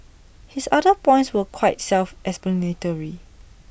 his other points are quite self explanatory